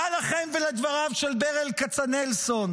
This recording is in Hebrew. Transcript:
מה לכם ולדבריו של ברל כצנלסון?